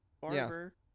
Barber